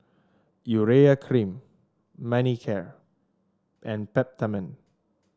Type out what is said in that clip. Urea Cream Manicare and Peptamen